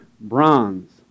bronze